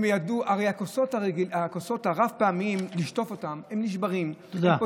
הרי הכוסות הרב-פעמיות, לשטוף אותן, הן נשברות.